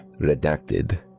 Redacted